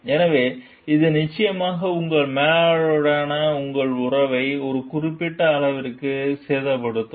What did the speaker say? எனவே இது நிச்சயமாக உங்கள் மேலாளருடனான உங்கள் உறவை ஒரு குறிப்பிட்ட அளவிற்கு சேதப்படுத்தும்